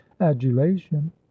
adulation